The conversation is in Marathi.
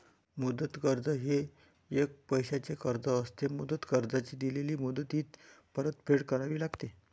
मुदत कर्ज हे एक पैशाचे कर्ज असते, मुदत कर्जाची दिलेल्या मुदतीत परतफेड करावी लागते